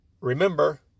remember